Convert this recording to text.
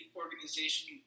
organization